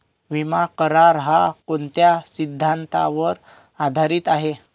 विमा करार, हा कोणत्या सिद्धांतावर आधारीत आहे?